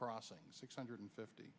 crossings six hundred fifty